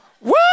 Woo